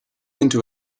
into